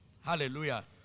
Hallelujah